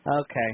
Okay